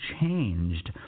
changed